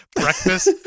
breakfast